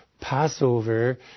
passover